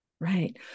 Right